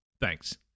Thanks